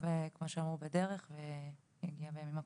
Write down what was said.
כמו שנאמר, התקצוב בדרך ויגיע בימים הקרובים.